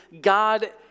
God